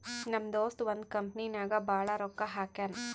ನಮ್ ದೋಸ್ತ ಒಂದ್ ಕಂಪನಿ ನಾಗ್ ಭಾಳ್ ರೊಕ್ಕಾ ಹಾಕ್ಯಾನ್